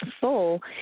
full